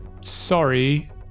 sorry